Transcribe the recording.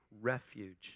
refuge